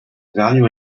value